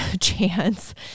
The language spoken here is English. chance